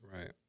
Right